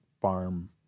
farm